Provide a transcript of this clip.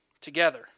together